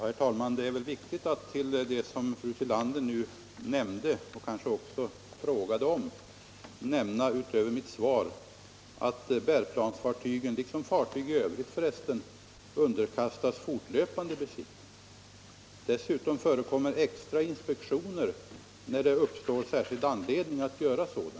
Herr talman! Det är väl viktigt att som svar på det som fru Tillander nu frågade om nämna — utöver vad jag anfört i mitt svar — att bärplansfartygen, liksom fartyg i övrigt, underkastas fortlöpande besiktning. Dessutom förekommer extra besiktningar när det uppstår särskild anledning att göra sådana.